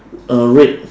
uh red